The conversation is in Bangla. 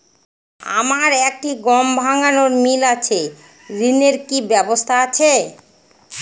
আমার একটি গম ভাঙানোর মিল আছে ঋণের কি ব্যবস্থা আছে?